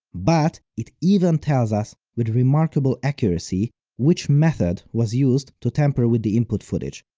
but it even tells us with remarkable accuracy which method was used to tamper with the input footage.